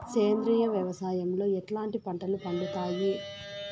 సేంద్రియ వ్యవసాయం లో ఎట్లాంటి పంటలు పండుతాయి